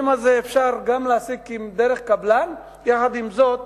אפשר להעסיק גם דרך קבלן ויחד עם זאת